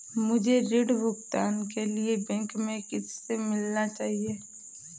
मुझे ऋण भुगतान के लिए बैंक में किससे मिलना चाहिए?